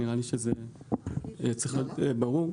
נראה לי שזה צריך להיות ברור,